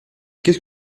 qu’est